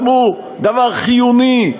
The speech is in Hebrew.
גם זה דבר חיוני,